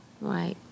Right